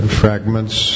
fragments